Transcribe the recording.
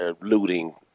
Looting